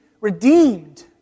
redeemed